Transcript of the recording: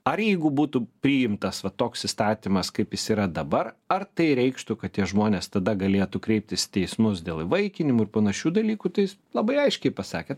ar jeigu būtų priimtas vat toks įstatymas kaip jis yra dabar ar tai reikštų kad tie žmonės tada galėtų kreiptis į teismus dėl įvaikinimų ir panašių dalykų tai jis labai aiškiai pasakė